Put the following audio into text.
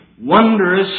wondrous